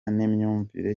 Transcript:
n’imyumvire